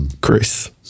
Chris